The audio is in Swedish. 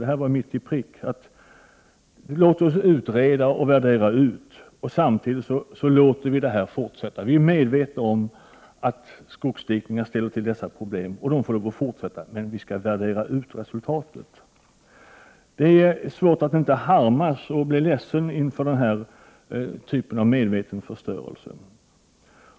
Det här var mitt i prick: Vi låter utreda och värdera ut, och samtidigt låter vi det som pågått fortsätta. Vi är medvetna om att skogsdikningarna ställer till dessa problem, och de får lov att fortsätta, men vi skall värdera ut resultatet! Det är svårt att inte harmas och bli ledsen inför den typen av medveten förstörelse.